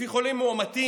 לפי חולים מאומתים?